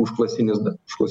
užklasinis dalykas